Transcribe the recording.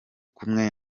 kumwe